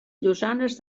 llosanes